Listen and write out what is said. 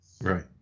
Right